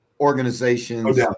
organizations